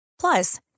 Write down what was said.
Plus